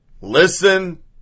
Listen